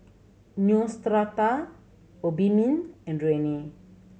Neostrata Obimin and Rene